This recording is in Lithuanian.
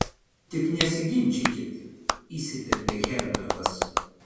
tik nesiginčykit įsiterpė herbertas